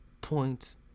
points